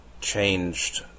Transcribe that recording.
changed